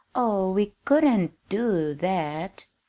oh we couldn't do that!